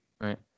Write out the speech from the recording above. Right